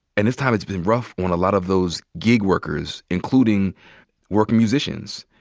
and this time it's been rough on a lot of those gig workers, including workin' musicians.